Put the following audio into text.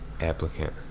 applicant